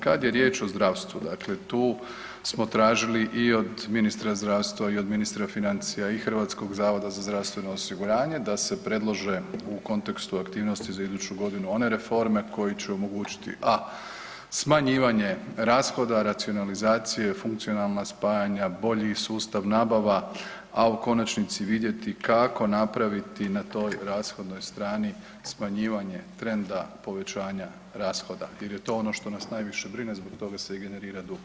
Kad je riječ o zdravstvu, dakle tu smo tražili i od ministra zdravstva i od ministra financija i HZZO-a da se predlože u kontekstu aktivnosti za iduću godinu one reforme koje će omogućiti a) smanjivanje rashoda, racionalizacije, funkcionalna spajanja, bolji sustav nabava, a u konačnici vidjeti kako napraviti na toj rashodnoj strani smanjivanje trenda povećanja rashoda jer je to ono što nas najviše brine, zbog toga se i generira dug.